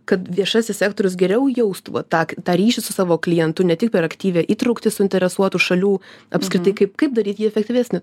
kad viešasis sektorius geriau jaustų va tą tą ryšį su savo klientu ne tik per aktyvią įtrauktį suinteresuotų šalių apskritai kaip kaip daryt jį efektyvesnį